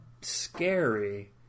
scary